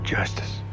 Justice